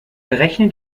berechne